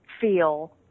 feel